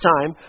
time